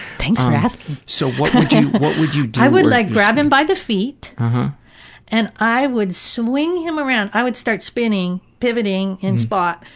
thanks for asking. so what what would you do? i would like grab him by the feet and i would swing him around. i would start spinning pivoting in spot,